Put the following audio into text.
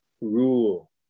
rule